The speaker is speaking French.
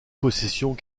possessions